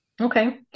Okay